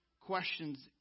questions